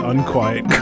Unquiet